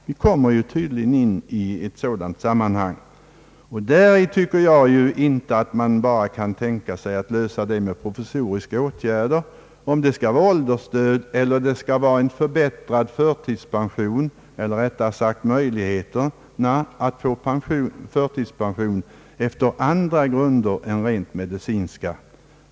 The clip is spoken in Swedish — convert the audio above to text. De problem som uppkommer i och med en sådan utveckling kan inte lösas med provisoriska åtgärder — åldersstöd eller möjligheter att få förtidspension efter andra grunder än rent medicinska.